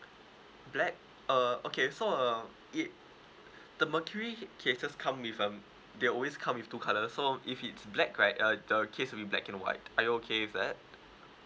black uh okay so uh it the mercury c~ cases come with um they always come with two colours so if it's black right uh the case will be black and white are you okay with that